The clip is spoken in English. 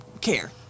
care